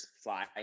fly